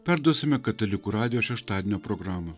perduosime katalikų radijo šeštadienio programą